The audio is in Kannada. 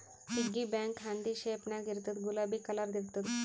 ಪಿಗ್ಗಿ ಬ್ಯಾಂಕ ಹಂದಿ ಶೇಪ್ ನಾಗ್ ಇರ್ತುದ್ ಗುಲಾಬಿ ಕಲರ್ದು ಇರ್ತುದ್